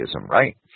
right